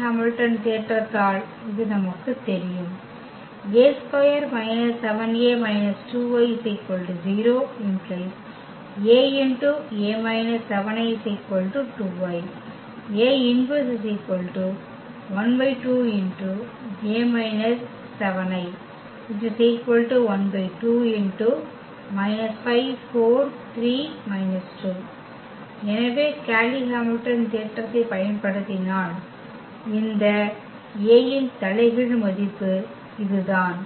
Hamilton தேற்றத்தால் இது நமக்குத் தெரியும் எனவே கேய்லி ஹாமில்டன் தேற்றத்தைப் பயன்படுத்தினால் இந்த Aன் தலைகீழ் மதிப்பு இதுதான்